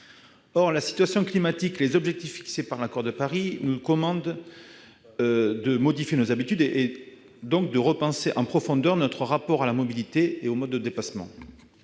Or la situation climatique et les objectifs fixés par l'accord de Paris nous commandent de modifier nos habitudes et de repenser en profondeur notre rapport à la mobilité et aux modes de déplacement.